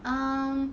um